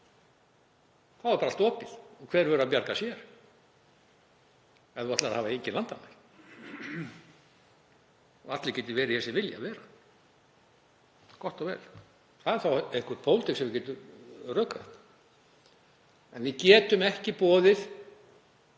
Þá er bara allt opið og hver verður að bjarga sér ef þú ætlar að hafa engin landamæri og allir geta verið hér sem vilja vera. Gott og vel. Það er þá einhver pólitík sem við getum rökrætt. En við getum ekki boðið